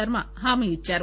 శర్మ హామీ ఇద్చారు